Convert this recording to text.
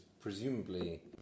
presumably